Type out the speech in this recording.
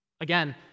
Again